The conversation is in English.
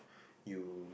you